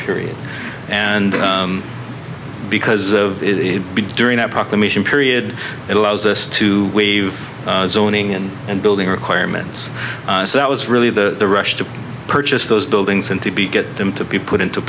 period and because during that proclamation period it allows us to waive zoning and and building requirements so that was really the rush to purchase those buildings and to be get them to be put into